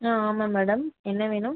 ஆ ஆமாம் மேடம் என்ன வேணும்